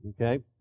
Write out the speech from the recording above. Okay